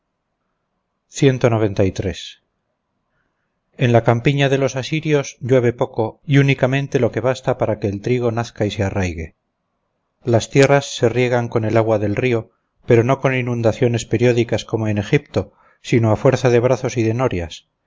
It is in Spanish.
en la campiña de los asirios llueve poco y únicamente lo que basta para que el trigo nazca y se arraigue las tierras se riegan con el agua del río pero no con inundaciones periódicas como en egipto sino a fuerza de brazos y de norias